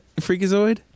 Freakazoid